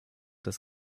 des